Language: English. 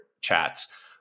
chats